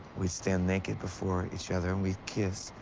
we'd stand naked before each other, and we'd kiss.